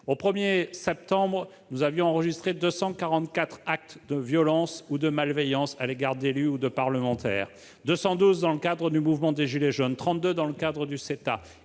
Au 1 septembre, nous avions enregistré 244 actes de violence ou de malveillance à l'égard d'élus ou de parlementaires : 212 dans le cadre du mouvement des « gilets jaunes » et 32 dans celui de la